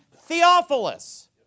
Theophilus